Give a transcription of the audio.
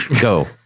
Go